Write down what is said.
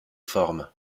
formes